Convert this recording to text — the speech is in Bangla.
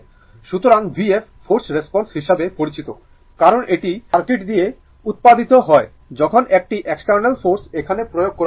সুতরাং vf ফোর্সড রেসপন্স হিসাবে পরিচিত কারণ এটি সার্কিট দিয়ে উত্পাদিত হয় যখন একটি এক্সটার্নাল ফোর্স এখানে প্রয়োগ করা হয়